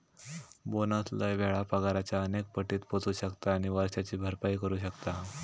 bonus लय वेळा पगाराच्या अनेक पटीत पोचू शकता आणि वर्षाची भरपाई करू शकता